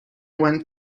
went